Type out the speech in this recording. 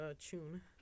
tune